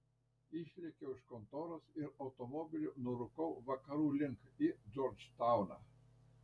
išlėkiau iš kontoros ir automobiliu nurūkau vakarų link į džordžtauną